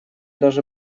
даже